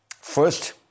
First